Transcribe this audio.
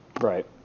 Right